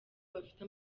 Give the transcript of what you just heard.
bafite